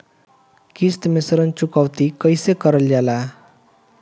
किश्त में ऋण चुकौती कईसे करल जाला?